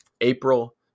April